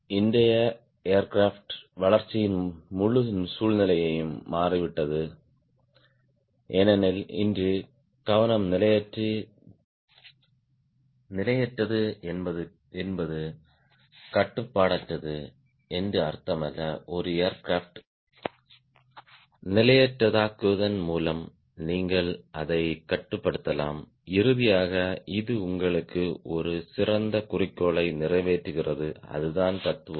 இன்றைய ஏர்கிராப்ட் வளர்ச்சியின் முழு சூழ்நிலையும் மாறிவிட்டது ஏனெனில் இன்று கவனம் நிலையற்றது என்பது கட்டுப்பாடற்றது என்று அர்த்தமல்ல ஒரு ஏர்கிராப்ட் நிலையற்றதாக்குவதன் மூலம் நீங்கள் அதைக் கட்டுப்படுத்தலாம் இறுதியாக இது உங்களுக்கு ஒரு சிறந்த குறிக்கோளை நிறைவேற்றுகிறது அதுதான் தத்துவம்